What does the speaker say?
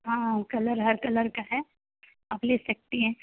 ہاں کلر ہر کلر کا ہے آپ لے سکتی ہیں